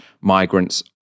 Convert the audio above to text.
migrants